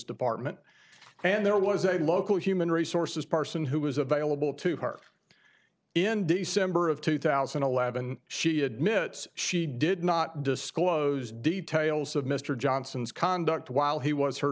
department and there was a local human resources person who was available to her in december of two thousand and eleven she admits she did not disclose details of mr johnson's conduct while he was her